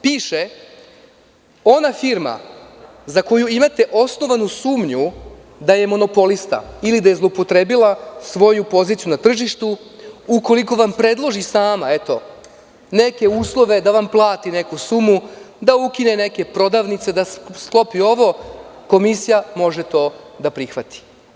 Piše – ona firma za koju imate osnovanu sumnju da je monopolista ili da je zloupotrebila svoju poziciju na tržištu, ukoliko vam predloži sama neke uslove da vam plati neku sumu, da ukine neke prodavnice, da sklopi ovo, komisija može to da prihvati.